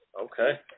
Okay